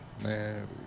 Man